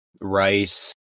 rice